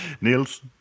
Niels